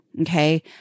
Okay